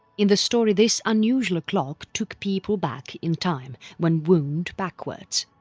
in the story this unusual clock took people back in time when wound backwards.